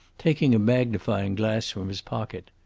taking a magnifying-glass from his pocket.